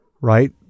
right